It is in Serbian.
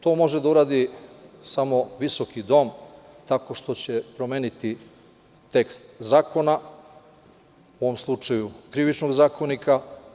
To može da uradi samo visoki dom tako što će promeniti tekst zakona, u ovom slučaju Krivičnog zakonika.